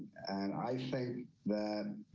and i think that